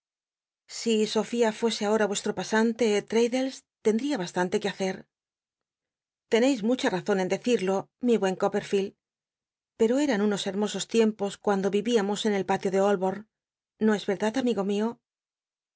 si sofía fuese ahora meslro pasante traddles tendría bastante que hacer l'eneis mucha mzon en decirlo mi buen coppcl'ficld pero eran unos hermosos tiempos cuando ri'iamos en el palio de holborn no es rerdad amigo mio